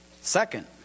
Second